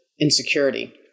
insecurity